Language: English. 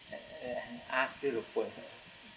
and ask you to go